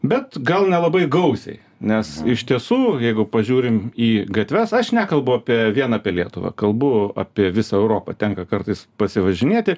bet gal nelabai gausiai nes iš tiesų jeigu pažiūrim į gatves aš nekalbu apie vien apie lietuvą kalbu apie visą europą tenka kartais pasivažinėti